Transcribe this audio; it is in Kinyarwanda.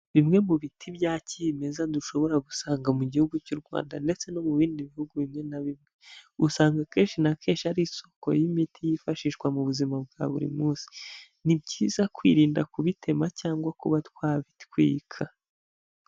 Bimwe mu biti bya kimeza dushobora gusanga mu gihugu cy'u Rwanda ndetse no mu bindi bihugu bimwe na bimwe, usanga akenshi na kenshi ari isoko y'imiti yifashishwa mu buzima bwa buri munsi, ni byiza kwirinda kubitema cyangwa kuba twabitwika.